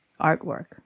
artwork